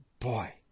Boy